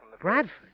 Bradford